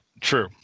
True